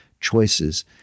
choices